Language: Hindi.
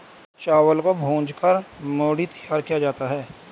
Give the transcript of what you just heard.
चावल को भूंज कर मूढ़ी तैयार किया जाता है